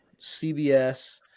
CBS